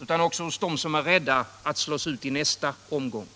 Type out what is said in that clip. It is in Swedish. utan också hos dom som är rädda för att slås ut i nästa omgång.